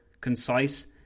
concise